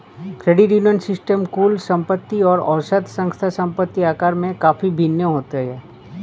credit union system कुल संपत्ति और औसत संस्था संपत्ति आकार में काफ़ी भिन्न होते हैं